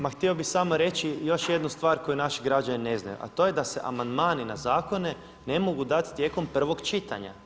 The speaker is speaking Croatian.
Ma htio bih samo reći još jednu stvar koju naši građani ne znaju, a to je da se amandmani na zakone ne mogu dati tijekom prvog čitanja.